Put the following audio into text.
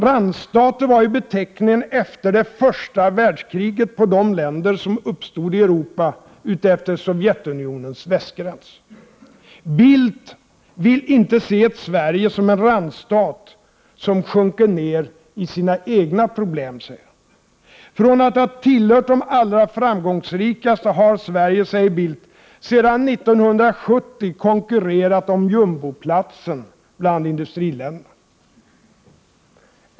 Randstat var ju efter första världskriget beteckningen på de länder som uppstod i Europa utefter Sovjetunionens västgräns. Carl Bildt vill inte se ett Sverige som en randstat som sjunker ner i sina egna problem. Så säger han. Från att ha tillhört de allra framgångsrikaste har Sverige, säger Carl Bildt, sedan 1970 ”konkurrerat om jumboplatsen” bland industriländerna.